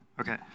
Okay